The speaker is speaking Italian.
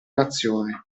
nazione